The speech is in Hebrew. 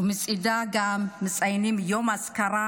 ולצידה גם מציינים את יום האזכרה